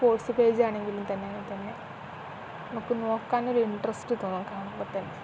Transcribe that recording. sports page ആണെങ്കിലും തന്നെ തന്നെ നമുക്ക് നോക്കാനൊരു ഇൻട്രസ്റ്റ് തോന്നും കാണുമ്പം തന്നെ